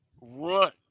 run